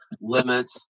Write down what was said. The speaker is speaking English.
limits